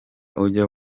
ujya